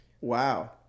Wow